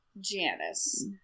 Janice